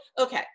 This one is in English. okay